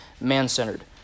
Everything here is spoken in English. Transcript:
man-centered